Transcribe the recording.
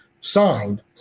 signed